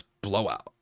blowout